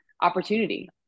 opportunity